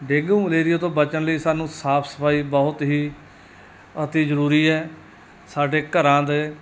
dengue malaria ਤੋਂ ਬਚਣ ਲਈ ਸਾਨੂੰ ਸਾਫ਼ ਸਫਾਈ ਬਹੁਤ ਹੀ ਅਤਿ ਜ਼ਰੂਰੀ ਹੈ ਸਾਡੇ ਘਰਾਂ ਦੇ